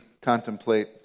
contemplate